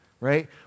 right